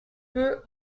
peu